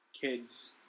kids